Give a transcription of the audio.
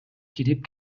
кирип